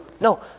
No